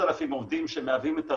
כ-6,000 עובדים שמהווים את הראי,